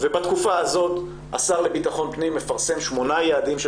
ובתקופה הזאת השר לבטחון פנים מפרסם שמונה יעדים של